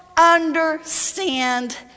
Understand